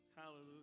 Hallelujah